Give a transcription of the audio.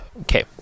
Okay